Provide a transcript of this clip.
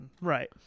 right